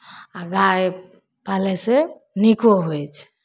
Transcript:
आओर गाइ पालै से नीको होइ छै